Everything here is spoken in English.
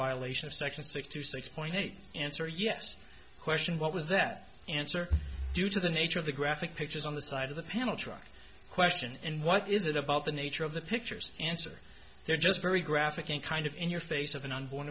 violation of section six to six point eight answer yes question what was that answer due to the nature of the graphic pictures on the side of the panel truck question and what is it about the nature of the pictures answer they're just very graphic and kind of in your face of an unborn